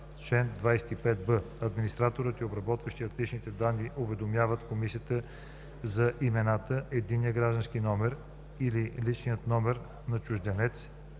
Чл. 25б. Администраторът и обработващият лични данни уведомяват комисията за имената, единния граждански номер или личния номер на чужденец